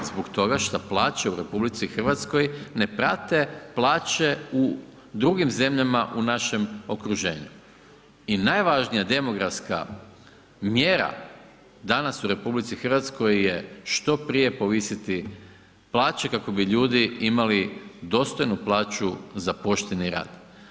Zbog toga što plaće u RH ne prate plaće u drugim zemljama u našem okruženju i najvažnija demografska mjera danas u RH je što prije povisiti plaće kako bi ljudi imali dostojnu plaću za pošteni rad.